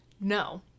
No